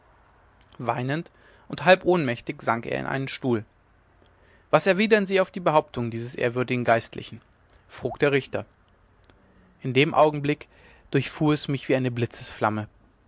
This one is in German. weinend und halb ohnmächtig sank er in einen stuhl was erwidern sie auf die behauptung dieses ehrwürdigen geistlichen frug der richter in dem augenblick durchfuhr es mich wie eine